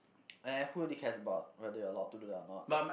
!eh! who really cares about whether you are allowed to do that or not